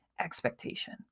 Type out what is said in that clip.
expectation